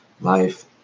life